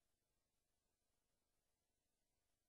מנת